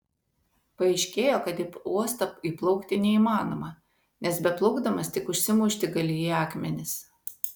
paaiškėjo kad į uostą įplaukti neįmanoma nes beplaukdamas tik užsimušti gali į akmenis